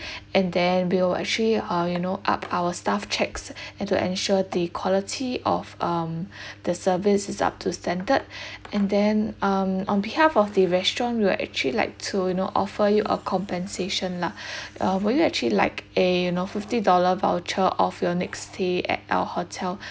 and then we will actually uh you know up our staff checks and to ensure the quality of um the service is up to standard and then um on behalf of the restaurant we'll actually like to you know offer you a compensation lah uh will you actually like a you know fifty dollar voucher off your next stay at our hotel